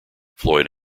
floyd